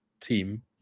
team